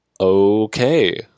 Okay